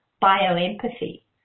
bio-empathy